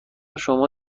شما